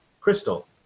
Crystal